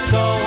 go